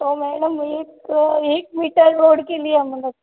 तो मैडम एक एक मीटर रोड के लिए मतलब